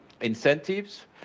incentives